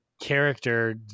character